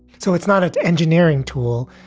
so it's not an engineering tool.